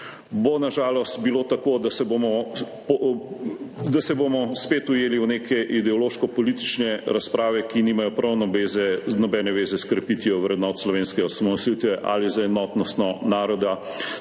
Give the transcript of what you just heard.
bo na žalost tako, da se bomo spet ujeli v neke ideološkopolitične razprave, ki nimajo prav nobene zveze s krepitvijo vrednot slovenske osamosvojitve ali z enotnostjo naroda,